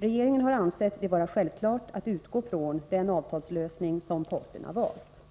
Regeringen har ansett det vara självklart att utgå från den avtalslösning som parterna valt.